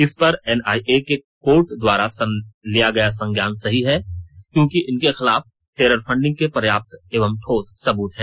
इस पर NIA court द्वारा लिया गया संज्ञान सही है क्योंकि इनके खिलाफ टेरर फंडिंग के पर्याप्त एवं ठोस सबूत है